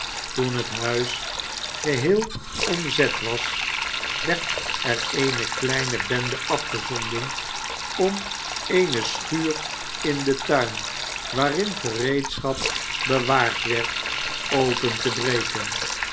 toen het huis geheel omzet was werd er eene kleine bende afgezonden om eene rschuur in den tuin waarin gereedschap bewaard werd open te toeken